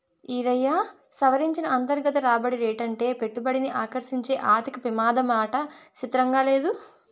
ఈరయ్యా, సవరించిన అంతర్గత రాబడి రేటంటే పెట్టుబడిని ఆకర్సించే ఆర్థిక పెమాదమాట సిత్రంగా లేదూ